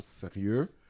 sérieux